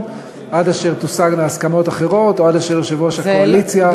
עד אשר תושגנה הסכמות אחרות או עד אשר יושב-ראש הקואליציה,